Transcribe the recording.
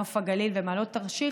נוף הגליל ומעלות-תרשיחא,